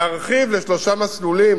להרחיב לשלושה מסלולים,